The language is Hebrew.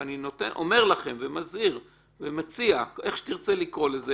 אבל אני אומר לכם ומזהיר ומציע איך שתרצה לקרוא לזה